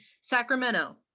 Sacramento